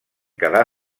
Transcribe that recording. quedà